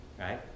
right